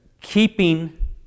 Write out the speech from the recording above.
keeping